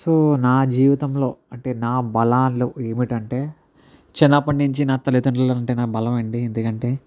so నా జీవితంలో అంటే నా బలాలు ఏమిటి అంటే చిన్నప్పటి నుంచి నా తల్లితండ్రులు అంటే నా బలం అండి ఎందుకంటే